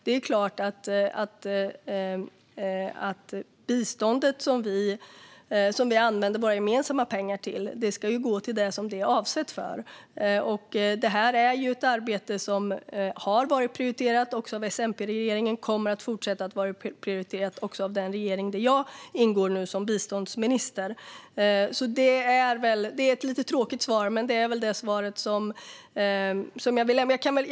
Det är klart att biståndet som vi använder våra gemensamma pengar till ska gå till det som det är avsett för. Det är ett arbete som har varit prioriterat av S-MP-regeringen och kommer att fortsätta vara prioriterat också av den regering som jag nu ingår i som biståndsminister. Det är ett lite tråkigt svar, men det är det svar som jag kan lämna.